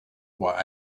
why